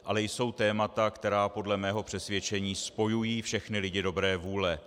Ale jsou témata, která podle mého přesvědčení spojují všechny lidi dobré vůle.